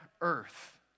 earth